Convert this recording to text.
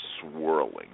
swirling